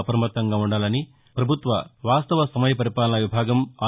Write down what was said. అప్రమత్తంగా ఉండాలని పభుత్వ వాస్తవ సమయ పరిపాలన విభాగం ఆర్